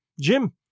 Jim